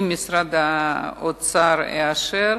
אם משרד האוצר יאשר,